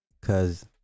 Cause